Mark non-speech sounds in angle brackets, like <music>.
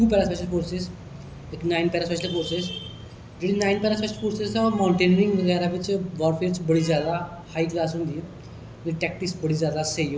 <unintelligible> para forces इक nine para special forces जेहडी nine para special forces ऐ ओह् माउटेनिंग बैगरा बिच बारफेयर बिच बडी ज्यादा हाई क्लास होंदी ऐ ओहदी टेकटिस बडी ज्यादा स्हेई होदी ऐ